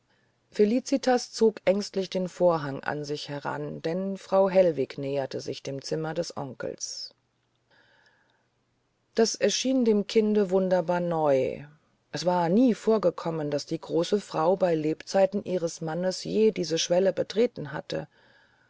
felicitas zog ängstlich den vorhang an sich heran denn frau hellwig näherte sich dem zimmer des onkels das erschien dem kinde wunderbar neu es war nie vorgekommen daß die große frau bei lebzeiten ihres mannes je diese schwelle betreten hatte